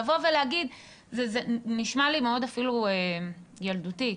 זה נשמע לי מאוד אפילו ילדותי,